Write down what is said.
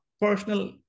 personal